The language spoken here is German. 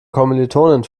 kommilitonin